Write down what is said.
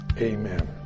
amen